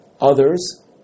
others